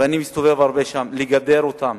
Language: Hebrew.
אני מסתובב הרבה שם, יש לגדר אותם,